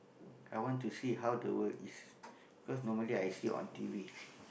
I want to see how the world is cause normally I see on t_v